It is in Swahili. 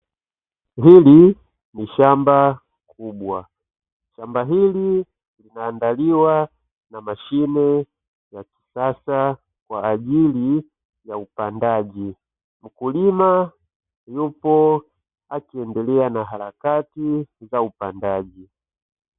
Hili ni shamba kubwa, shamba hili linaandaliwa na mashine ya kisasa kwa ajili ya upandaji, mkulima yupo akiendelea na harakati za upandaji.